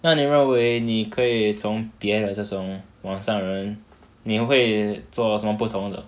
那你认为你可以从别的这种网上的人你会做什么不同的